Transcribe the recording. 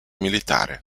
militare